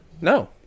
No